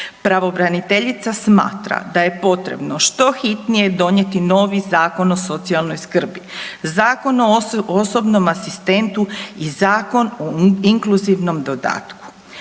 Pravobraniteljica smatra da je potrebno što hitnije donijeti novi Zakon o socijalnoj skrbi, Zakon o osobnom asistentu i Zakon o inkluzivnom dodatku.